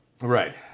Right